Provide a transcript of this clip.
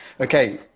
Okay